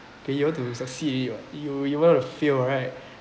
okay you want to succeed already [what] you you want to fail right